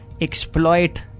Exploit